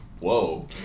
whoa